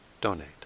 donate